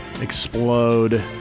explode